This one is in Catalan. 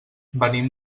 venim